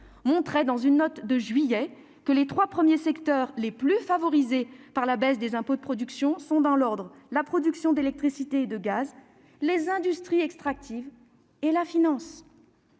montrait dans une note de juillet dernier que les trois premiers secteurs les plus favorisés par la baisse des impôts de production sont respectivement les producteurs d'électricité et de gaz, les industries extractives et la finance.